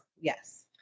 Yes